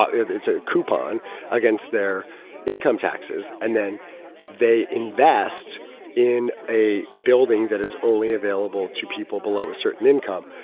it's a coupon against their income taxes. and then they invest in a building that is only available to people below a certain income.